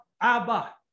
abba